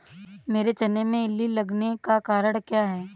मेरे चने में इल्ली लगने का कारण क्या है?